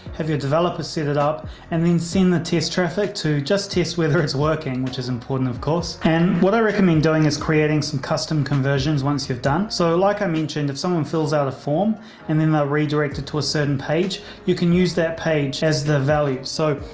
have you a developer set it up and then scene the test traffic to just test whether it's working, which is important, of course. and what i recommend doing is creating some custom conversions once you've done so, like i mentioned, if someone fills out a form and then they're redirected to a certain page, you can use that page as the value. so,